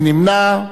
מי נמנע?